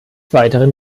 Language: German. weiteren